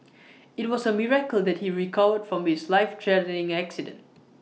IT was A miracle that he recovered from his life threatening accident